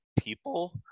people